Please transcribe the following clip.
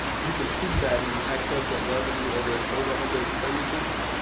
you can see that in the excess of revenue over ah over under expenditures.